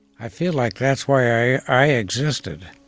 i feel like that's why i i existed